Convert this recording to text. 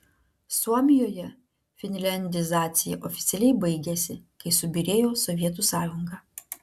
suomijoje finliandizacija oficialiai baigėsi kai subyrėjo sovietų sąjunga